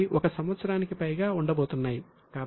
అవి 1 సంవత్సరానికి పైగా ఉండబోతున్నాయి